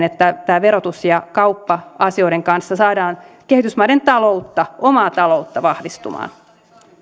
että verotus ja kauppa asioiden kanssa saadaan kehitysmaiden omaa taloutta vahvistumaan